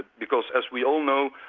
because as we all know,